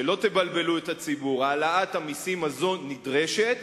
שלא תבלבלו את הציבור: העלאת המסים הזאת נדרשת,